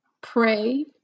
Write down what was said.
pray